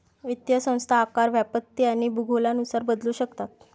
वित्तीय संस्था आकार, व्याप्ती आणि भूगोलानुसार बदलू शकतात